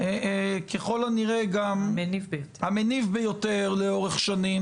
ככל הנראה גם המניב ביותר לאורך שנים,